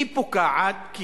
הסבלנות פוקעת,